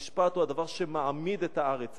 המשפט הוא הדבר שמעמיד את הארץ.